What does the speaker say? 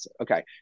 Okay